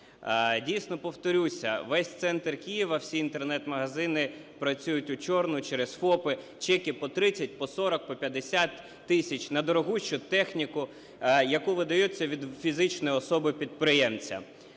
Дійсно, повторюся: весь центр Києва, всі Інтернет-магазини працюють "вчорну" через ФОПи, чеки по 30, по 40, по 50 тисяч на дорогущу техніку, яку видають від фізичної особи-підприємця.